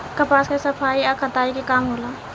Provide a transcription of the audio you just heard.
कपास के सफाई आ कताई के काम होला